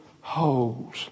holes